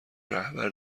رهبر